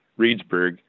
Reedsburg